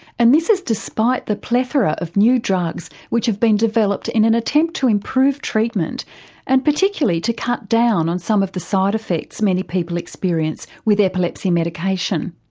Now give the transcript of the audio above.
and this is despite the plethora of new drugs which have been developed in an attempt to improve treatment and particularly to cut down on some of the side effects many people experience with epilepsy medication.